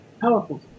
Powerful